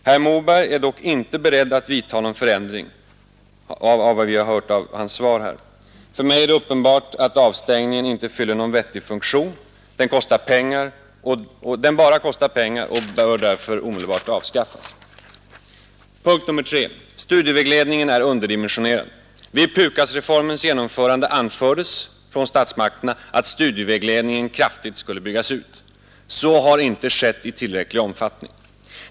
Herr Moberg är dock inte beredd att vidta någon förändring. För mig är det uppenbart att avstängningen inte fyller någon vettig funktion. Den bara kostar pengar, och därför bör den omedelbart avskaffas. 3. Studievägledningen är underdimensionerad. Vid PUKAS-reformens genomförande anfördes från statsmakterna att studievägledningen kraftigt skulle byggas ut. Så har inte skett i tillräcklig omfattning.